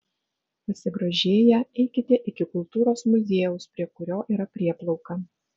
pasigrožėję eikite iki kultūros muziejaus prie kurio yra prieplauka